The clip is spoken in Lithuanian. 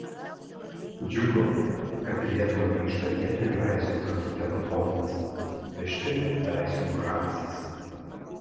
džiugu kad į lietuvą grįžta vietinių veislių žąsų genofondas vištinių veislių žąsys